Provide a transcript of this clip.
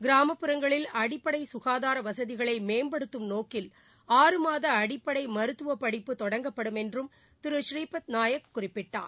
கிராமப்புறங்களில் அடிப்படை சுகாதார வசதிகளை மேம்படுத்தும் நோக்கில் அஆறு மாத அடிப்படை மருத்துவ படிப்பு தொடங்கப்படும் என்றும் திரு ஸ்ரீபத் நாயக் குறிப்பிட்டார்